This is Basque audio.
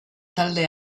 talde